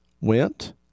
went